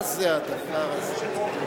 מה זה הדבר הזה.